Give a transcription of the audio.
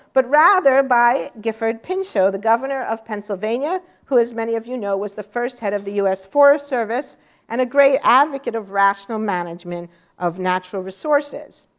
but rather by gifford pinchot, the governor of pennsylvania, who as many of you know was the first head of the us forest service and a great advocate of rational management of natural resources.